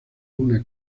una